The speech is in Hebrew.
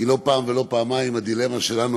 כי לא פעם ולא פעמיים זו הייתה הדילמה שלנו,